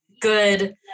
good